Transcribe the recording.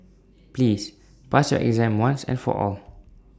please pass your exam once and for all